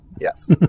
yes